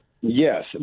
Yes